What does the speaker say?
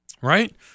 Right